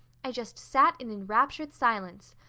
i just sat in enraptured silence.